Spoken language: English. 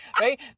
Right